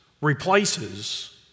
replaces